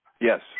Yes